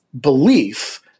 belief